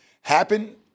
happen